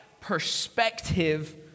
perspective